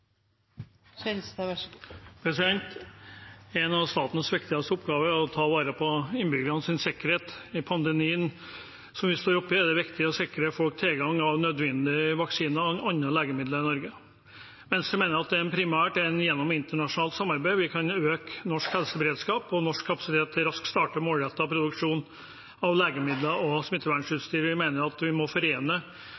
å ta vare på innbyggernes sikkerhet. I pandemien vi står oppi, er det viktig å sikre folk tilgang til nødvendige vaksiner og andre legemidler i Norge. Venstre mener at det primært er gjennom internasjonalt samarbeid vi kan øke norsk helseberedskap og norsk kapasitet til raskt å starte målrettet produksjon av legemidler og